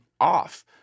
off